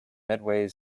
medway